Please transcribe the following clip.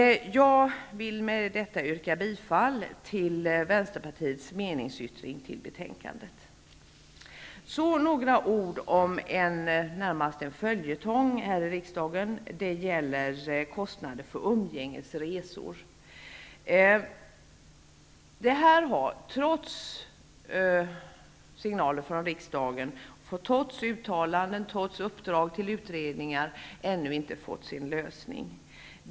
Med detta vill jag yrka bifall till Vänsterpartiets meningsyttring i betänkandet. Sedan några ord om en fråga som närmast gått som en följetong här i riksdagen, nämligen frågan om kostnader för umgängesresor. Trots signaler från riksdagen, uttalanden och uppdrag till utredningar har denna fråga ännu inte fått sin lösning.